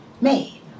made